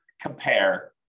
compare